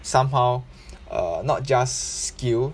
somehow uh not just skill